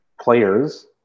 players